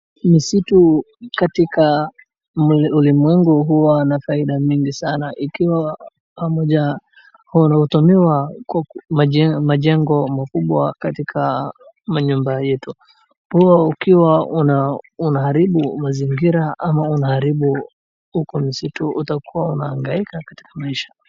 Misitu katika ulimwengu huwa na faida mingi sana. Ikiwa pamoja huwa unatumiwa kwa majengo makubwa katika manyumba yetu. Huwa ukiwa unaharibu mazingira ama unaharibu huko misitu utakuwa unahangaika katika maisha.